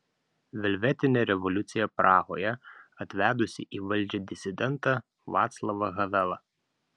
velvetinė revoliucija prahoje atvedusi į valdžią disidentą vaclavą havelą